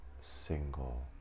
single